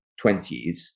20s